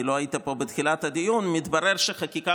כי לא היית פה בתחילת הדיון: מתברר שחקיקה